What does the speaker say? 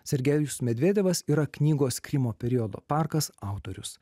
sergejus medvedevas yra knygos krymo periodo parkas autorius